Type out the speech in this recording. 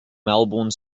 melbourne